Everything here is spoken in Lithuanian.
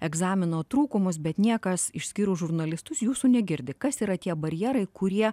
egzamino trūkumus bet niekas išskyrus žurnalistus jūsų negirdi kas yra tie barjerai kurie